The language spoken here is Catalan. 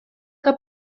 que